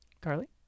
Carly